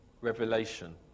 Revelation